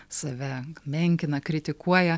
save menkina kritikuoja